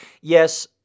Yes